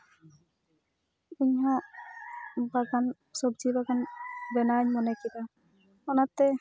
ᱤᱧ ᱦᱚᱸ ᱵᱟᱜᱟᱱ ᱥᱚᱵᱡᱤ ᱵᱟᱜᱟᱱ ᱵᱮᱱᱟᱣᱤᱧ ᱢᱚᱱᱮ ᱠᱮᱫᱟ ᱚᱱᱟᱛᱮ